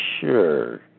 sure